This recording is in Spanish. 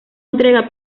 entrega